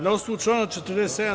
Na osnovu člana 47.